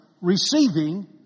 receiving